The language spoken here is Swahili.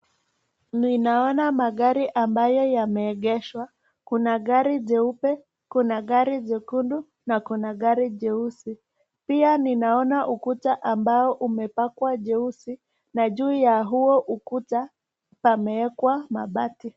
Ninaona magari ambayo yameegeshwa , kuna gari jeupe, kuna gari jekundu na kuna gari jeusi, pia ninaona ukuta ambao umepakwa jeusi na juu ya huo ukuta pamewekwa mabati.